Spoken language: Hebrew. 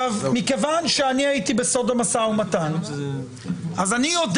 מכיוון שהייתי בסוד המשא ומתן אז אני יודע